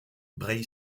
bray